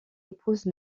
épouse